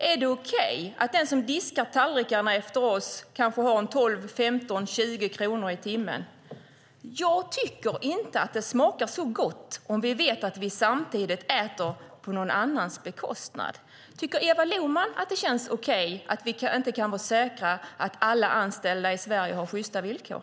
Är det okej att den som diskar tallrikarna efter oss får någonstans mellan 12 och 20 kronor i timmen? Jag tycker inte att det smakar så gott om jag vet att jag äter på någon annans bekostnad. Tycker Eva Lohman att det är okej att vi inte kan vara säkra på att alla anställda i Sverige har sjysta villkor?